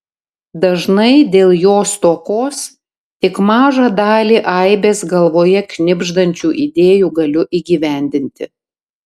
dažnai dėl jo stokos tik mažą dalį aibės galvoje knibždančių idėjų galiu įgyvendinti